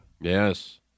Yes